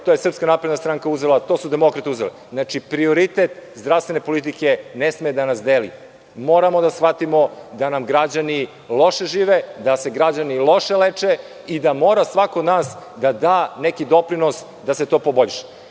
to je SPS uzeo, to je SNS uzela, to su demokrate uzele. Prioritet zdravstvene politike ne sme da nas deli. Moramo da shvatimo da nam građani loše žive, da se građani loše leče i da mora svako od nas da da neki doprinos da se to